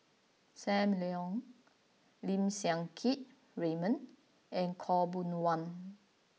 Sam Leong Lim Siang Keat Raymond and Khaw Boon Wan